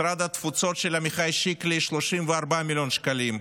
משרד התפוצות של עמיחי שקלי, 34 מיליון שקלים,